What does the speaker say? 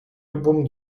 любом